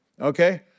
okay